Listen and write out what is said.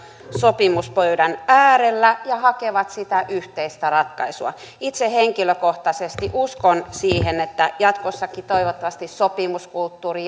sopimuspöydän ääressä ja hakevat sitä yhteistä ratkaisua itse henkilökohtaisesti uskon siihen että jatkossakin toivottavasti sopimuskulttuuri